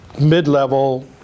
mid-level